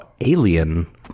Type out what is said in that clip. Alien